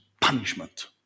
punishment